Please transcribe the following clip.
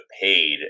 paid